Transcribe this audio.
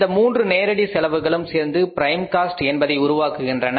இந்த மூன்று நேரடி செலவுகளும் சேர்ந்து பிரைம் காஸ்ட் என்பதை உருவாக்குகின்றன